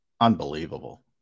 Unbelievable